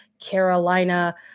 Carolina